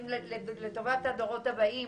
לטובת הדורות הבאים,